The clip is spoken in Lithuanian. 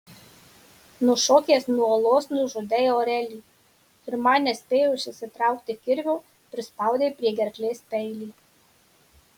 nušokęs nuo uolos nužudei orelį ir man nespėjus išsitraukti kirvio prispaudei prie gerklės peilį